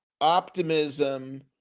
optimism